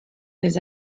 des